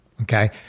okay